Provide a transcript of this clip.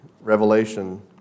Revelation